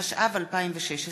התשע"ו 2016,